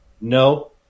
No